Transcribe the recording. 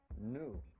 new